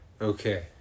Okay